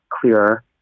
clearer